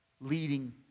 leading